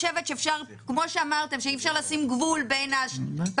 כמו שאמרתם שאי אפשר לשים גבול בשטחים